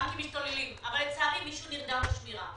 אבל לצערי, מישהו נרדם בשמירה.